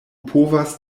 povas